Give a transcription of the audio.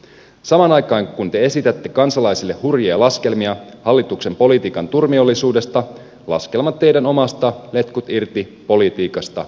samaan aikaan kun te esitätte kansalaisille hurjia laskelmia hallituksen politiikan turmiollisuudesta laskelmat teidän omasta letkut irti politiikastanne uupuvat